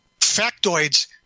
Factoids